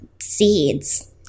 seeds